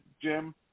Jim